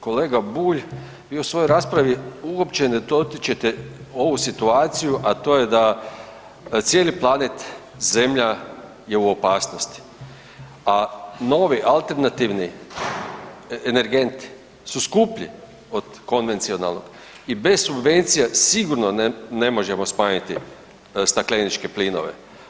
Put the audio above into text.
Kolega Bulj, vi u svojoj raspravi uopće ne dotičete ovu situaciju, a to je da cijeli planet Zemlja je u opasnosti, a novi alternativni energenti su skuplji od konvencionalnog i bez subvencija sigurno ne možemo smanjiti stakleničke plinove.